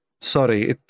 Sorry